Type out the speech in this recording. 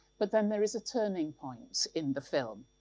but then there is a turning point in the film.